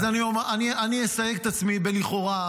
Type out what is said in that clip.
אז אני אסייג את עצמי ב"לכאורה",